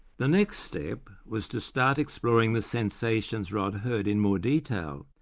the next step was to start exploring the sensations rod heard in more detail,